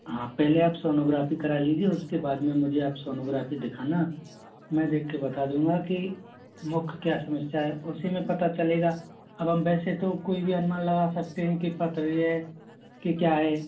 हाँ पहले आप सोनोग्राफी करा लीजिये उसके बाद में मुझे आप सोनोग्राफी दिखाना मैं देख के बता दूँगा कि मुख्य क्या समस्या है उसी में पता चलेगा अब हम वैसे तो कोई भी अनुमान लगा सकते हैं कि पथरी है कि क्या है